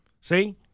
see